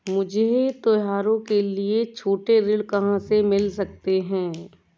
मुझे त्योहारों के लिए छोटे ऋण कहाँ से मिल सकते हैं?